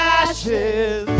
ashes